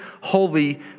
holy